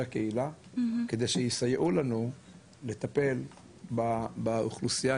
הקהילה כדי שיסייעו לנו לטפל באוכלוסייה,